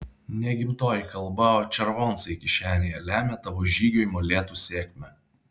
ne gimtoji kalba o červoncai kišenėje lemia tavo žygio į molėtus sėkmę